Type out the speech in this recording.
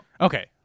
Okay